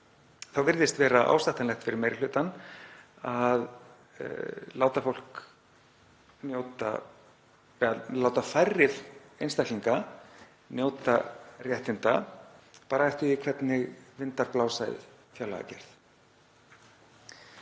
þá virðist vera ásættanlegt fyrir meiri hlutann að láta færri einstaklinga njóta réttinda eftir því hvernig vindar blása við fjárlagagerð.